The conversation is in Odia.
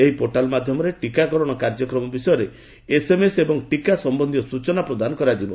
ଏହି ପୋର୍ଟାଲ୍ ମାଧ୍ୟମରେ ଟୀକାକରଣ କାର୍ଯ୍ୟକ୍ରମ ବିଷୟରେ ଏସ୍ଏମ୍ଏସ୍ ଏବଂ ଟୀକା ସମ୍ୟନ୍ଧୀୟ ସ୍ଚଚନା ପ୍ରଦାନ କରାଯିବ